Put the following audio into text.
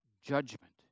judgment